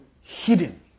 hidden